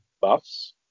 buffs